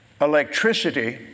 electricity